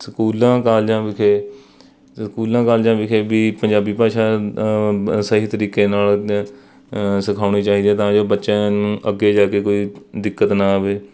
ਸਕੂਲਾਂ ਕਾਲਜਾਂ ਵਿਖੇ ਸਕੂਲਾਂ ਕਾਲਜਾਂ ਵਿਖੇ ਵੀ ਪੰਜਾਬੀ ਭਾਸ਼ਾ ਬ ਸਹੀ ਤਰੀਕੇ ਨਾਲ ਸਿਖਾਉਣੀ ਚਾਹੀਦੀ ਹੈ ਤਾਂ ਜੋ ਬੱਚਿਆਂ ਨੂੰ ਅੱਗੇ ਜਾ ਕੇ ਕੋਈ ਦਿੱਕਤ ਨਾ ਆਵੇ